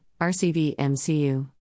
RCVMCU